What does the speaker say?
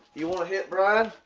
you want a hit, brian?